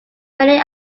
many